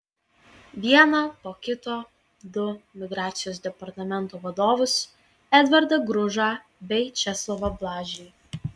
vieną po kito du migracijos departamento vadovus edvardą gružą bei česlovą blažį